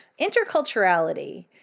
interculturality